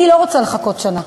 אני לא רוצה לחכות שנה.